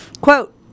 Quote